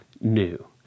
new